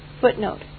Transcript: Footnote